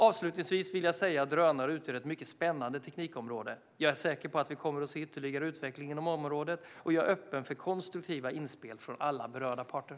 Avslutningsvis vill jag säga att drönare utgör ett mycket spännande teknikområde. Jag är säker på att vi kommer att se ytterligare utveckling inom området, och jag är öppen för konstruktiva inspel från alla berörda parter.